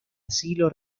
asilo